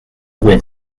wyn